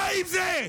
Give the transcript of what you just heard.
די עם זה.